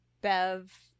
Bev